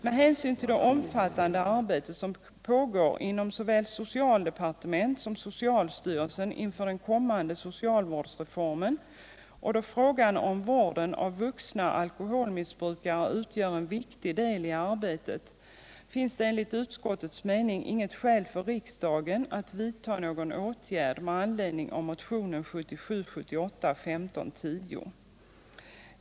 Med hänsyn till det omfattande arbete som pågår inom såväl socialdepartementet som socialstyrelsen inför den kommande socialvårdsreformen och då frågan om vården av vuxna alkoholmissbrukare utgör en viktig del i arbetet, finns det enligt utskottets mening inget skäl för riksdagen att vidta någon åtgärd med anledning av motionen 1977/78:1510.